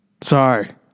Sorry